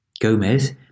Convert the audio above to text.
Gomez